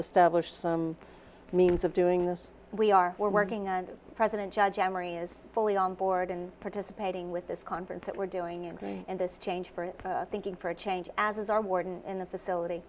establish some means of doing this we are working on president judge emery is fully on board and participating with this conference that we're doing and in this change for thinking for a change as is our warden in the facility